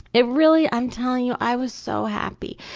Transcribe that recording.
it really, i'm telling you, i was so happy.